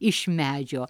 iš medžio